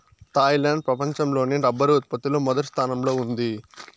Thailand ప్రపంచం లోనే rubber ఉత్పత్తి లో మొదటి స్థానంలో ఉంది